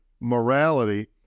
morality